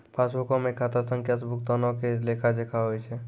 पासबुको मे खाता संख्या से भुगतानो के लेखा जोखा होय छै